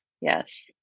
Yes